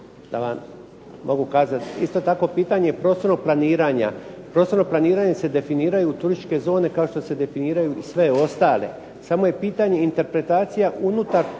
da vam mogu kazati, isto tako pitanje prostornog planiranja. Prostornim planiranjem se definiraju turističke zone, kao što se definiraju i sve ostale, samo je pitanje interpretacija unutar